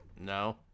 No